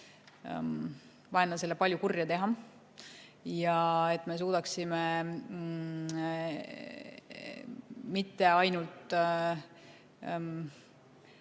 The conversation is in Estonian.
vaenlasele palju kurja teha. Et me suudaksime mitte ainult